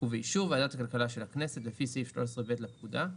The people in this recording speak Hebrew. ובאישור ועדת הכלכלה של הכנסת לפי סעיף 13(ב) לפקודה,